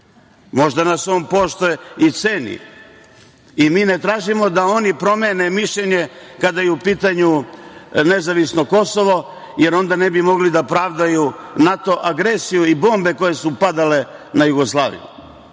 Možda nas on poštuje i ceni i mi ne tražimo da oni promene mišljenje kada je u pitanju nezavisno Kosovo, jer onda ne bi mogli da pravdaju NATO agresiju i bombe koje su padale na Jugoslaviju,